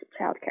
childcare